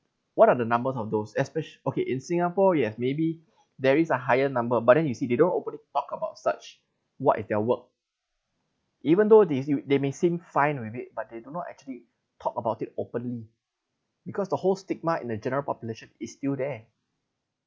what are the numbers of those especial~ okay in singapore yes maybe there is a higher number but then you see the don't openly talk about such what is their work even though these you they may seem fine with it but they do not actually talk about it openly because the whole stigma in the general population is still there